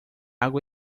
água